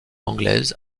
anglaise